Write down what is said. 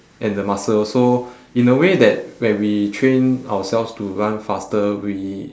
and the muscles so in a way that when we train ourselves to run faster we